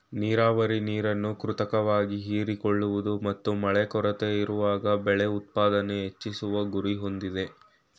ನೀರಾವರಿ ನೀರನ್ನು ಕೃತಕವಾಗಿ ಹೀರಿಕೊಳ್ಳುವುದು ಮತ್ತು ಮಳೆ ಕೊರತೆಯಿರುವಾಗ ಬೆಳೆ ಉತ್ಪಾದನೆ ಹೆಚ್ಚಿಸುವ ಗುರಿ ಹೊಂದಿದೆ